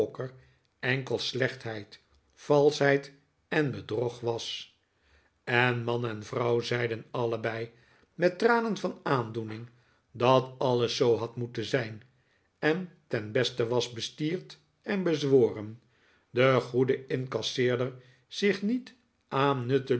enkel slechtheid valschheid en bedrog was en man en vrouw zeiden allebei met tranen van aandoening dat alles zoo had moeten zijn en ten beste was bestierd en bezwoeren den goeden incasseerder zich niet aan